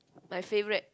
my favourite